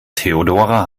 theodora